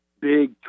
big